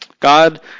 God